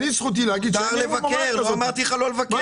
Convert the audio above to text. זכותי להגיד --- זכותך לבקר,